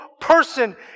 person